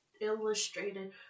illustrated